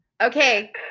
okay